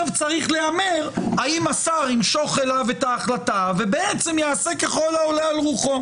צריך להמר האם השר ימשוך אליו את ההחלטה ובעצם יעשה ככל העולה על רוחו.